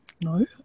no